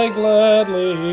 gladly